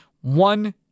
one